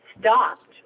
stopped